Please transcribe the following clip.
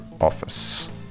office